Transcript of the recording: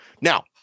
Now